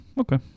okay